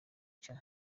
cya